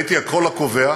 והייתי הקול הקובע,